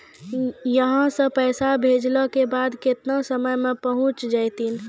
यहां सा पैसा भेजलो के बाद केतना समय मे पहुंच जैतीन?